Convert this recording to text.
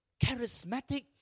charismatic